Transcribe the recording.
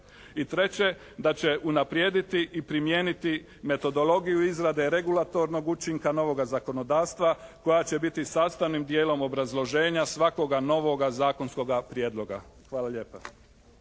I treće, da će unaprijediti i primijeniti metodologiju izrade regulatornog učinka novoga zakonodavstva koja će biti sastavnim dijelom obrazloženja svakoga novoga zakonskoga prijedloga. Hvala lijepa.